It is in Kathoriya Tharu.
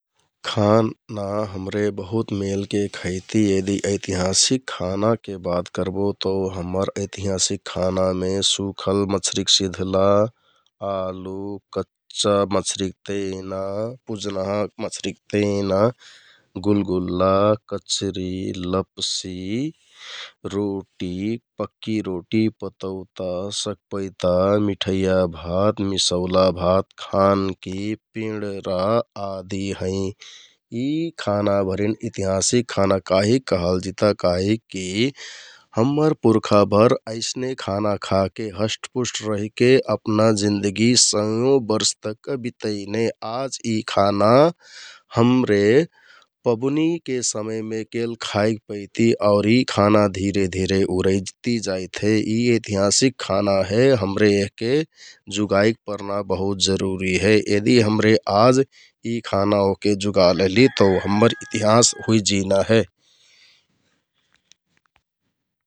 खाना हमरे बहुत मेलके खैति यदि ऐतिहाँसिक खानाके करबो तौ हम्मर ऐतिहाँसिक खानामे सुखल मच्छरिक सिध्ला, आलु, कच्चा मछरिक तेना, पुजनहाँ मछरिक तेना, गुलगुल्ला, कचरि, लपसि, रोटी, पक्कि रोटि, पतौता, सकपैता, मिठैया भात, मिसौला भात, खान्कि, पिंन्डरा आदि हैं । यि खानाभरिन ऐतिहाँसिक खाना काहिक कहलजिता काहिकि हम्मर पुरखाभर अइसने खाना खाके हस्टपुस्ट रहिके अपना जिन्दगि सयौं बर्ष लुक्का बितैनें । आज यि खाना हमरे पबुनीके समयमे केल खाइ पैतु आउर यि खाना धिरे धिरे उरैति जाइत हे । यि एतिहाँसिक खाना हे हमरे यहके जुगाइक परना बहुत जरुरि हे । यदि हमरे आज यि खाना ओहके जुगा लहलि तौ हम्मर इतिहाँस हुइजिना हे ।